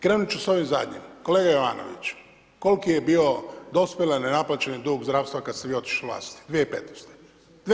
Krenuti ću s ovim zadnjim, kolega Jovanović, koliki je bio dospjeli nenaplaćeni dug zdravstva kada ste vi otišli s vlasti, 2015.-te?